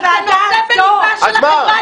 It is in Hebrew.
אבל זה נושא בליבה של החברה הישראלית.